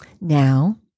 Now